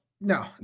No